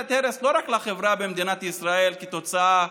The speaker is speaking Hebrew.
הרס לא רק לחברה במדינת ישראל כתוצאה